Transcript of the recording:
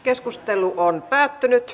keskustelu päättyi